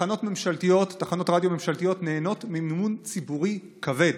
תחנות רדיו ממשלתיות נהנות ממימון ציבורי כבד,